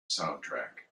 soundtrack